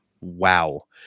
Wow